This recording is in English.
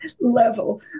level